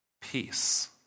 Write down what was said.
peace